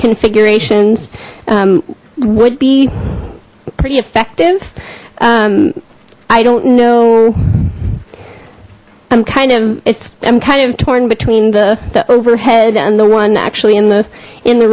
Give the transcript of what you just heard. configurations would be pretty effective i don't know i'm kind of it's i'm kind of torn between the overhead and the one actually in the in the